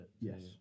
yes